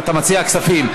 אתה מציע כספים?